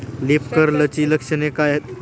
Leaf कर्लची लक्षणे काय आहेत?